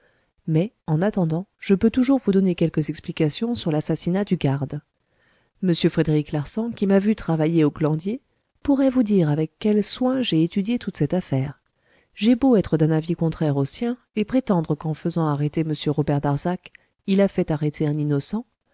mais en attendant je peux toujours vous donner quelques explications sur l'assassinat du garde m frédéric larsan qui m'a vu travailler au glandier pourrait vous dire avec quel soin j'ai étudié toute cette affaire j'ai beau être d'un avis contraire au sien et prétendre qu'en faisant arrêter m robert darzac il a fait arrêter un innocent